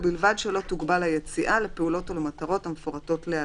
ובלבד שלא תוגבל היציאה לפעולות או למטרות המפורטות להלן: